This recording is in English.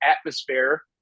Atmosphere